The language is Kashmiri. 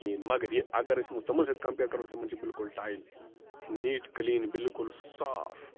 کِہیٖنۍ مگر یہِ اَگر أسۍ وۄنۍ تِمَن سۭتۍ کَمپِیَر کَرو تِمَن چھِ بِلکُل ٹایِل نیٖٹ کٕلیٖن بِلکُل صاف